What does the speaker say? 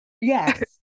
Yes